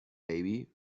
baby